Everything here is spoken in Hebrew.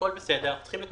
אנחנו לא